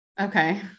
okay